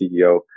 CEO